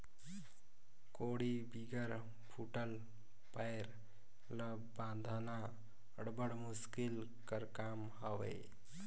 कोड़ी बिगर फूटल पाएर ल बाधना अब्बड़ मुसकिल कर काम हवे